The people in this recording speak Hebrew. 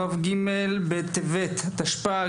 כ"ג בטבת התשפ"ג,